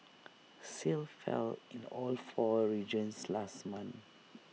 sales fell in the all four regions last month